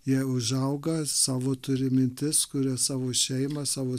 jie užauga savo turi mintis kuria savo šeimą savo